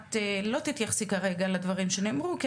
האוכלוסין לעדכן את הוועדה בנוגע לפרסום הנוהל החדש.